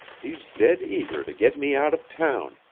he's dead eager to get me out of town,